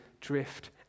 drift